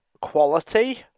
quality